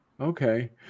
Okay